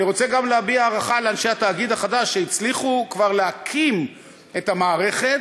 אני רוצה גם להביע הערכה לאנשי התאגיד שהצליחו כבר להקים את המערכת,